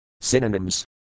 Synonyms